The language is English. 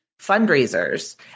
fundraisers